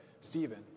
Stephen